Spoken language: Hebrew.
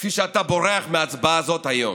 כפי שאתה בורח מההצבעה הזאת היום.